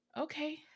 Okay